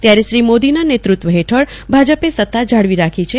ત્યારે શ્રી મોદીના નેત્રત્વ હેઠળ ભાજપે સતા જાળવી રાખી છે